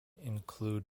include